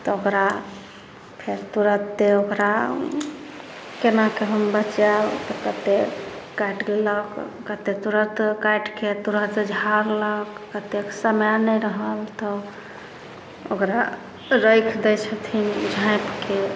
ओकरा फेर तुरंते ओकरा केनाके हम बचायब तेकर कते काटलक तुरत काटिके तुरंत झाड़लक कतेक समय नहि रहल तऽ ओकरा राखि दै छथिन झाॅंइपके